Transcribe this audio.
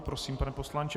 Prosím, pane poslanče.